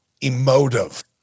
emotive